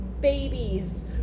babies